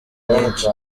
nyinshi